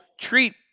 treat